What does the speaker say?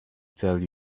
tell